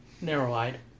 Narrow-eyed